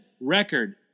record